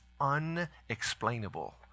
unexplainable